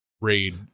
raid